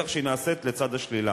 בטח כשהיא נעשית לצד השלילה.